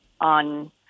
on